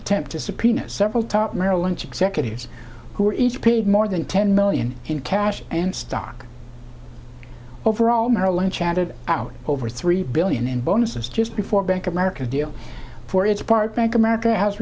attempt to subpoena several top merrill lynch executives who were each paid more than ten million in cash and stock overall merrill lynch added out over three billion in bonuses just before bank of america deal for its part bank america has